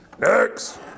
next